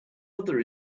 other